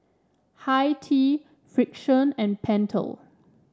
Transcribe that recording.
Hi Tea Frixion and Pentel